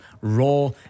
raw